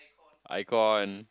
icon